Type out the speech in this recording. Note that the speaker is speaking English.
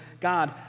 God